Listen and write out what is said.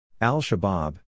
Al-Shabaab